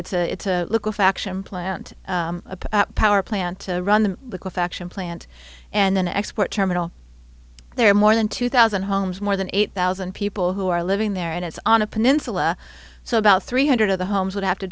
it's a it's a little faction plant a power plant to run the liquefaction plant and then export terminal there are more than two thousand homes more than eight thousand people who are living there and it's on a peninsula so about three hundred of the homes would have to